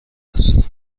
است